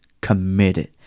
committed